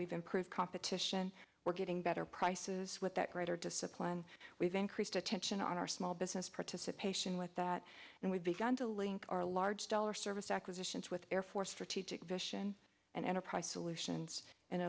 we've improved competition we're getting better prices with that greater discipline we've increased attention on our small business participation with that and we've begun to link our large dollar service acquisitions with air force strategic vision and enterprise solutions